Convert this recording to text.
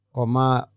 Koma